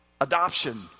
adoption